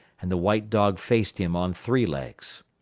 and the white dog faced him on three legs.